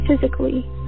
physically